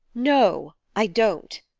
no, i don't.